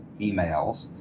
emails